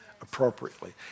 appropriately